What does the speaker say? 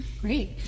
Great